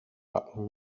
backen